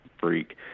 freak